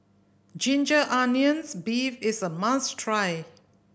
ginger onions beef is a must try